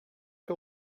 que